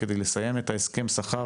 כדי לסיים את הסכם השכר